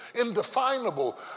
indefinable